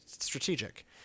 strategic